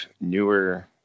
newer